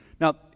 Now